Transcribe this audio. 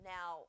Now